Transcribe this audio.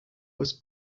was